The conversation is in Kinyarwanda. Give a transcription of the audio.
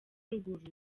ruguru